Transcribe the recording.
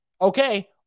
okay